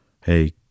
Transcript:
hey